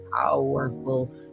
powerful